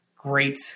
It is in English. great